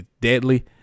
deadly